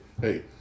hey